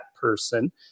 person